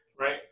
Right